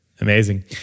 Amazing